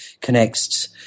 connects